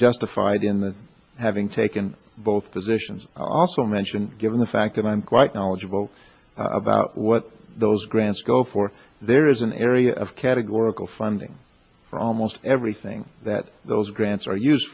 justified in having taken both positions also mentioned given the fact that i'm quite knowledgeable about what those grants go for there is an area of categorical funding for almost everything that those grants are use